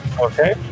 okay